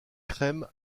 crème